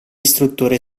istruttore